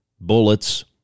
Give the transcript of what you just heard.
bullets